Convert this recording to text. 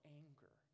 anger